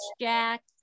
Jack